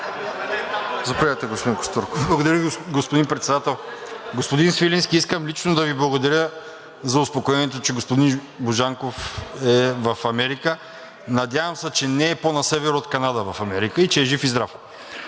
(Продължаваме Промяната): Благодаря Ви, господин Председател. Господин Свиленски, искам лично да Ви благодаря за успокоението, че господин Божанков е в Америка. Надявам се, че не е пó на север от Канада – в Америка, и че е жив и здрав!